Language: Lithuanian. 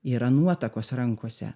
yra nuotakos rankose